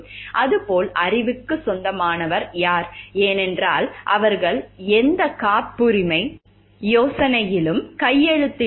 அது போல் அறிவுக்கு சொந்தக்காரர் யார் ஏனென்றால் அவர்கள் எந்த காப்புரிமை யோசனையிலும் கையெழுத்திடவில்லை